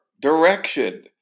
direction